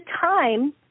time